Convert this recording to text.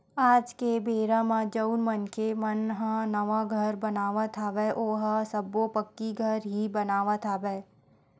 आज के बेरा म जउन मनखे मन ह नवा घर बनावत हवय ओहा सब्बो पक्की घर ही बनावत हवय